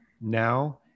now